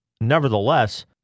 Nevertheless